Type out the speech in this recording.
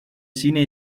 cine